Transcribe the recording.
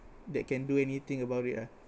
that can do anything about it ah